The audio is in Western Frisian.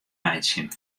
meitsjen